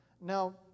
Now